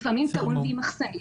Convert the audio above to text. ולפעמים גם עם מחסנית,